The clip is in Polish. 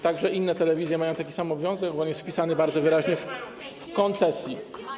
także inne telewizje mają taki sam obowiązek, bo on jest wpisany bardzo wyraźnie w koncesji.